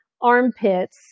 armpits